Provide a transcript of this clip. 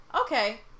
Okay